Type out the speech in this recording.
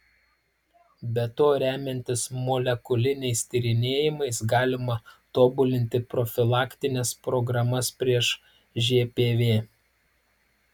be to remiantis molekuliniais tyrinėjimais galima tobulinti profilaktines programas prieš žpv